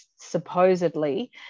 supposedly